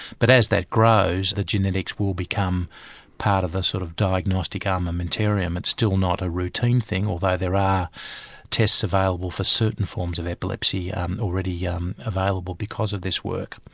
but as that grows the genetics will become part of a sort of diagnostic armamentarium. it's still not a routine thing although there are tests available for certain forms of epilepsy already um available because of this work.